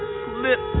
slip